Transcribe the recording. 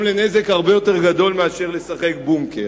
לנזק הרבה יותר גדול מאשר לשחק "בונקר".